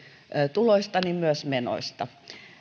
tuloista myös menoista